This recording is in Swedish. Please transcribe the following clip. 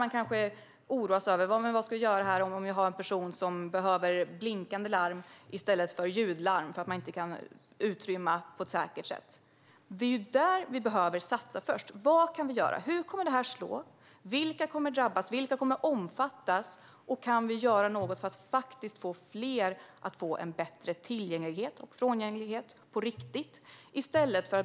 Man oroar sig till exempel för att ha en anställd som behöver blinkande larm i stället för ljudlarm och för att inte kunna utrymma på ett säkert sätt. Här behöver vi satsa först. Vad kan vi göra? Hur kommer detta att slå? Vilka kommer att drabbas? Vilka kommer att omfattas? Kan vi göra något för att ge fler en bättre tillgänglighet och frångänglighet på riktigt?